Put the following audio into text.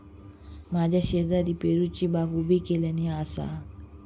माझ्या शेजारी पेरूची बागा उभी केल्यानी आसा